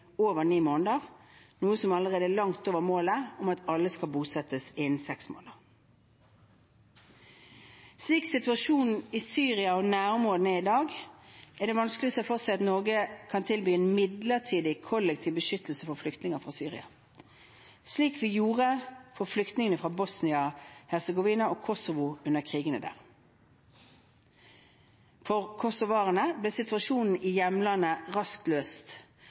over ni måneder, noe som allerede er langt over målet om at alle skal bosettes innen seks måneder. Slik situasjonen i Syria og nærområdene er i dag, er det vanskelig å se for seg at Norge kan tilby en midlertidig, kollektiv beskyttelse for flyktninger fra Syria, slik vi gjorde for flyktningene fra Bosnia-Hercegovina og Kosovo under krigene der. For kosovoerne ble situasjonen i hjemlandet raskt løst,